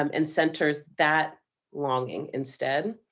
um and centers that longing instead.